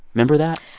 remember that?